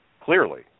clearly